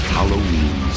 Halloween